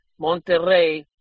Monterrey